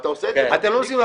--- אני מצדיע לך.